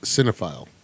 Cinephile